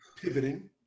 pivoting